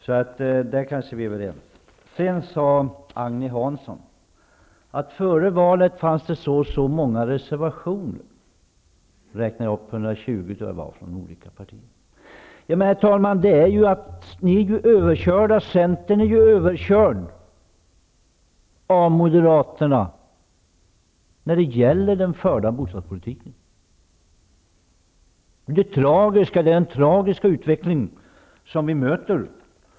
På den punkten är vi kanske överens. Agne Hansson sade att det före valet fanns, om jag minns rätt, 120 reservationer från olika partier. Ja, Centern är överkörd av Moderaterna när det gäller den förda bostadspolitiken. Det är en tragisk utveckling vi möter.